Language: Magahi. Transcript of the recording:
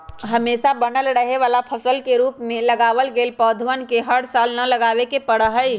हमेशा बनल रहे वाला फसल के रूप में लगावल गैल पौधवन के हर साल न लगावे पड़ा हई